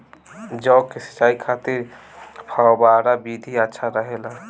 जौ के सिंचाई खातिर फव्वारा विधि अच्छा रहेला?